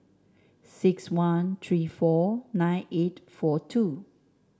six one three four nine eight four two